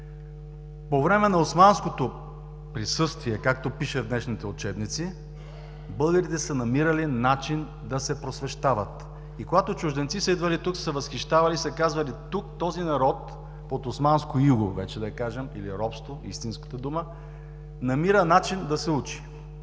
По време на османското присъствие, както пише в днешните учебници, българите са намирали начин да се просвещават. И когато чужденци са идвали тук, са се възхищавали и са казвали: този народ под османско иго, вече да кажем, или робство – истинската дума, намира начин да се учи,